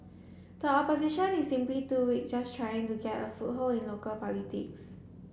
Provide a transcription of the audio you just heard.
the Opposition is simply too weak just trying to get a foothold in local politics